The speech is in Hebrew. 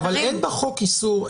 אין בחוק איסור,